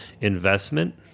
investment